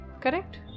correct